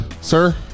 sir